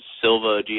Silva